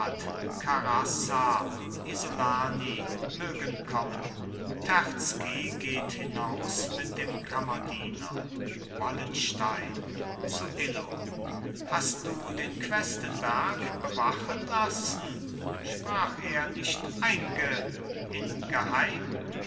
isolani mögen kommen terzky geht hinaus mit dem kammerdiener wallenstein zu illo hast du den questenberg bewachen lassen sprach er nicht einge in geheim